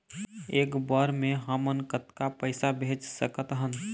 एक बर मे हमन कतका पैसा भेज सकत हन?